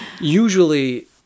usually